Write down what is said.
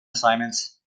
assignments